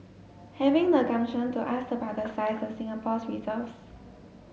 having the gumption to ask about the size of Singapore's reserves